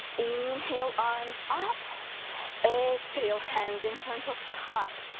inhale, arms up up exhale hands in front of the heart,